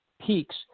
peaks